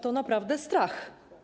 To naprawdę strach.